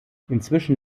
inzwischen